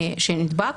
שנדבק,